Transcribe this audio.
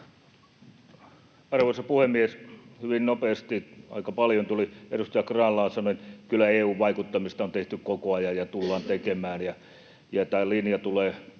Arvoisa puhemies! Hyvin nopeasti, aika paljon tuli. Edustaja Grahn-Laasonen, kyllä EU-vaikuttamista on tehty koko ajan ja tullaan tekemään. Tämä linja periytyi